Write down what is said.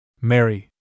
Mary